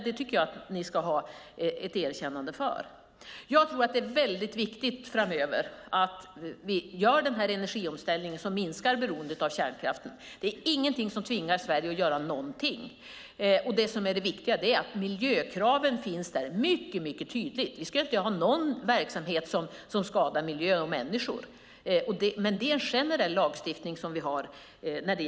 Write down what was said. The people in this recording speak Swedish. Det tycker jag att de ska ha ett erkännande för. Jag tror att det är mycket viktigt att vi gör den här energiomställningen framöver. Den minskar beroendet av kärnkraften. Det finns ingenting som tvingar Sverige att göra någonting. Det viktiga är att miljökraven finns där mycket tydligt. Vi ska inte ha någon verksamhet som skadar miljö och människor. Det är en generell lagstiftning som vi har.